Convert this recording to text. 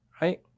right